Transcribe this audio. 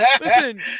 Listen